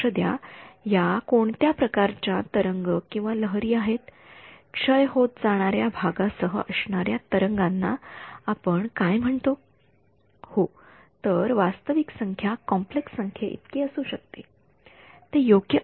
तर लक्ष द्या या कोणत्या प्रकारच्या तरंगलहरी आहेत क्षय होत जाणाऱ्या भागासह असणाऱ्या तरंगांना आपण काय म्हणतो